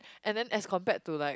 and then as compared to like